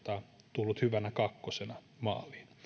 tullut hyvänä kakkosena maaliin